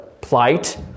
plight